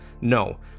No